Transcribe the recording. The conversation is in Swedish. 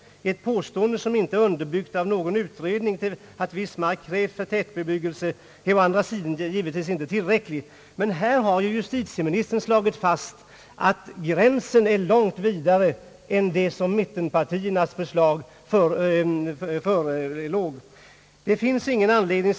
Ett påstående som inte är underbyggt av någon utredning att viss mark krävs för tätbebyggelse är å andra sidan givetvis inte tillräckligt. Lämpligt underlag för bedömningen i sådana fall då varken översiktliga eller detaljerade planer föreligger kan vara t.ex. befolkningsprognoser, - bostadsbyggnadsprogram eller industriutvecklingsplaner.